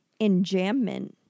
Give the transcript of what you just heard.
enjambment